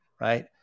right